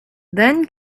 then